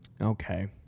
Okay